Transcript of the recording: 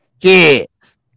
kids